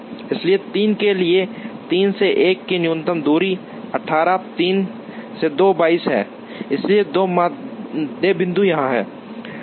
इसलिए 3 के लिए 3 से 1 की न्यूनतम दूरी 18 3 से 2 22 है इसलिए दो मध्य बिंदु यहाँ हैं